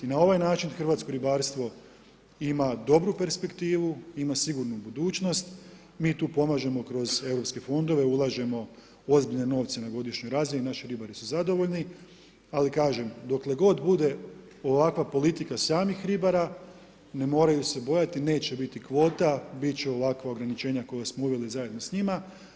Na ovaj način, hrvatsko ribarstvo ima dobru perspektivu, ima sigurnu budućnost, mi tu pomažemo kroz europske fondove, ulažemo ozbiljne novce na godišnjoj razini, naši ribari su zadovoljni, ali kažem, dokle god bude ovakva politika samih ribara, ne moraju se bojati, neće biti kvota, biti će ovakva ograničenja koje smo uveli zajedno s njima.